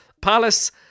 Palace